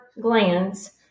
glands